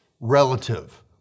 relative